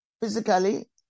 physically